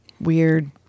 weird